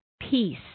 Peace